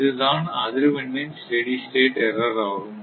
இதுதான் அதிர்வெண்ணின் steady state error ஆகும்